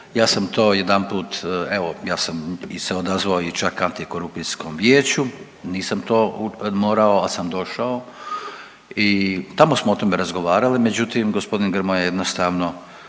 ja sam to jedanput, ja sam se odazvao čak i Antikorupcijskom vijeću, nisam to morao ali sam došao i tamo smo o tome razgovarali, međutim g. Grmoja jednostavno